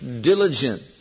diligent